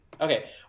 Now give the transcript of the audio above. Okay